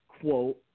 quote